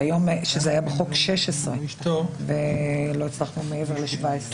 כשבחוק הגיל היה 16. לא הצלחנו מעבר ל-17.